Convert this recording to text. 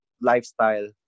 lifestyle